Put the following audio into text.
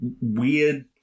weird